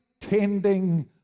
tending